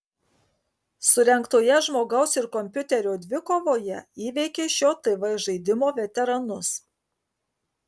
surengtoje žmogaus ir kompiuterio dvikovoje įveikė šio tv žaidimo veteranus